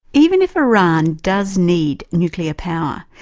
even if iran does need nuclear power,